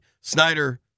Snyder